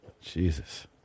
jesus